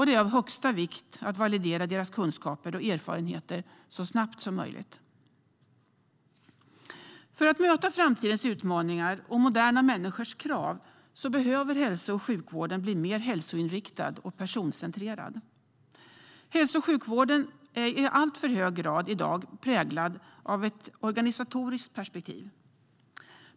Det är av största vikt att validera deras kunskaper och erfarenheter så snabbt som möjligt. För att möta framtidens utmaningar och moderna människors krav behöver hälso och sjukvården bli mer hälsoinriktad och personcentrerad. Hälso och sjukvården är i dag i allt för hög grad präglad av ett organisatoriskt perspektiv.